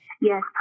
Yes